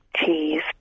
Cheese